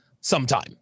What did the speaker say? sometime